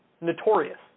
notorious